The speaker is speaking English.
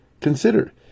Consider